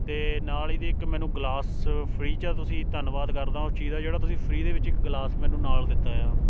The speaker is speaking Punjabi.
ਅਤੇ ਨਾਲ਼ ਇਹਦੇ ਇੱਕ ਮੈਨੂੰ ਗਲਾਸ ਫਰੀ 'ਚ ਤੁਸੀਂ ਧੰਨਵਾਦ ਕਰਦਾਂ ਉਸ ਚੀਜ਼ ਦਾ ਜਿਹੜਾ ਤੁਸੀਂ ਫਰੀ ਦੇ ਵਿੱਚ ਇੱਕ ਗਲਾਸ ਮੈਨੂੰ ਨਾਲ਼ ਦਿੱਤਾ ਏ ਆ